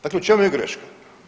Dakle u čemu je greška?